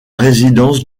résidence